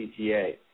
PTA